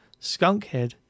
Skunkhead